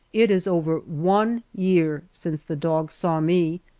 it is over one year since the dog saw me,